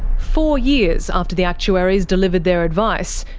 four years after the actuaries delivered their advice,